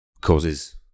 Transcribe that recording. causes